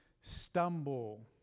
stumble